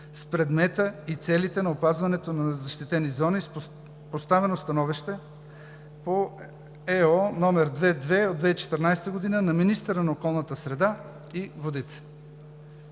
с предмета и целите на опазването на защитени зони с поставено становище по ЕО № 22 от 2014 г. на министъра на околната среда и водите.